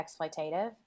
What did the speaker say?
exploitative